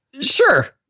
Sure